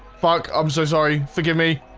fuck. i'm so sorry. forgive me